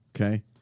Okay